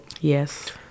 Yes